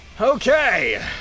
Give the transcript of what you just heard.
Okay